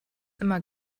immer